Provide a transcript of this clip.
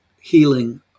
Healing